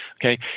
Okay